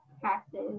practice